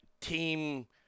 team